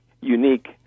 unique